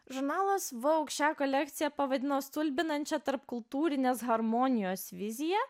žurnalas vogue šią kolekciją pavadino stulbinančia tarpkultūrinės harmonijos vizija